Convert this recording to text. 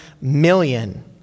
million